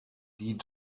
die